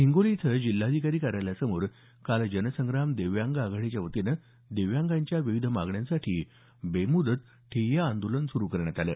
हिंगोली इथं जिल्हाधिकारी कार्यालयासमोर काल जनसंग्राम दिव्यांग आघाडीच्या वतीनं दिव्यांगांच्या विविध मागण्यांसाठी बेम्दत ठिय्या आंदोलन सुरु करण्यात आलं